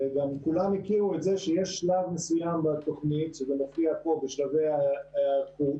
וגם כולם הכירו שיש שלב מסוים בתוכנית - שזה מופיע פה בשלבי ההיערכות